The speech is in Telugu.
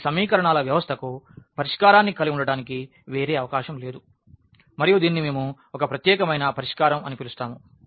ఈ సమీకరణాల వ్యవస్థకు పరిష్కారాన్ని కలిగి ఉండటానికి వేరే అవకాశం లేదు మరియు దీనిని మేము ఒక ప్రత్యేకమైన పరిష్కారం అని పిలుస్తాము